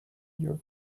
your